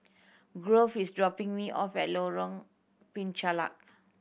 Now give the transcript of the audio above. Grove is dropping me off at Lorong Penchalak